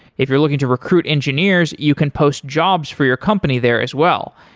if you're looking to recruit engineers, you can post jobs for your company there as well.